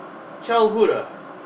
childhood ah